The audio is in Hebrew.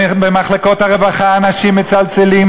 במחלקות הרווחה אנשים מצלצלים,